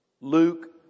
Luke